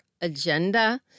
agenda